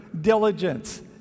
diligence